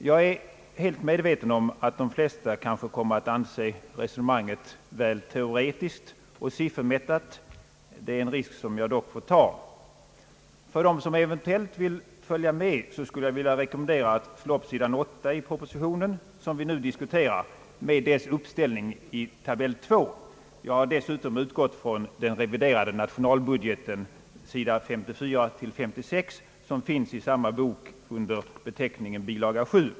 Jag är helt medveten om att de flesta kommer att anse resonemanget väl teoretiskt och siffermättat, men det är en risk som jag får ta. För dem som eventuellt vill följa med skulle jag vilja rekommendera att slå upp sidan 8 i propositionen som vi nu diskuterar med dess uppställning i tabell 2. Jag har dessutom utgått ifrån den reviderade nationalbudgeten, sidorna 54—56, som finns i samma bok under beteckningen bilaga 7.